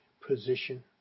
position